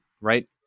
right